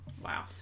Wow